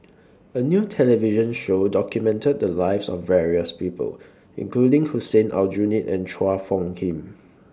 A New television Show documented The Lives of various People including Hussein Aljunied and Chua Phung Kim